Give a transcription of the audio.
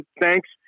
thanks